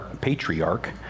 patriarch